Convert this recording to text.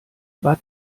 war